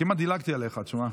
כמעט דילגתי עליך, תשמע.